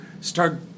start